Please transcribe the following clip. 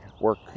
work